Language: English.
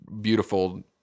beautiful